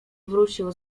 wrócił